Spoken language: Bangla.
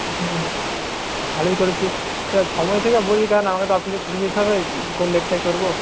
হুম ভালোই করেছিস তা সময় থেকে বলিস কারণ আমাকে তো অফিসে ছুটি নিতে হবে কোন ডেটটায় করবো